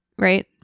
Right